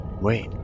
Wait